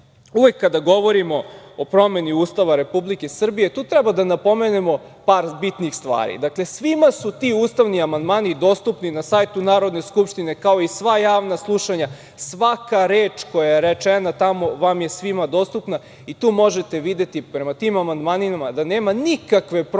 kada govorimo o promeni Ustava Republike Srbije treba da napomenemo par bitnih stvari. Dakle, svima su ti ustavni amandmani dostupni na sajtu Narodne skupštine, kao i sva javna slušanja. Svaka reč koja je rečena tamo vam je svima dostupna. Tu možete videti, prema tim amandmanima, da nema nikakve promene